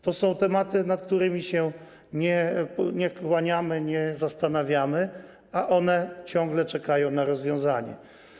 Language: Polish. To są tematy, nad którymi się nie pochylamy, nie zastanawiamy, a one ciągle czekają na rozwiązanie.